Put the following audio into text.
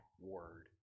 word